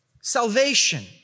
salvation